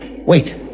Wait